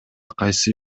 кайсы